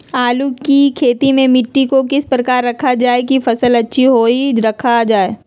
आलू की खेती में मिट्टी को किस प्रकार रखा रखा जाए की फसल अच्छी होई रखा जाए?